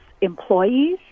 employees